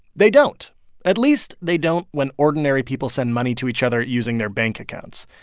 they don't at least they don't when ordinary people send money to each other using their bank accounts.